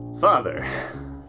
Father